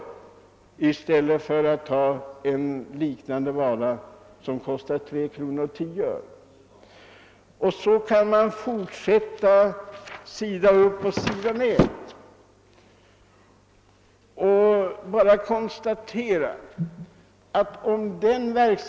i stället för att man skulle kunna få en liknande vara för 3:10 kr. Man kan fortsätta att exemplifiera på detta sätt sida upp och sida ned.